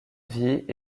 vit